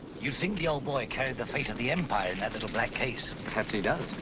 you think the old boy carried the fate of the empire in that little black case. perhaps he does.